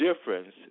difference